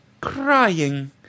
crying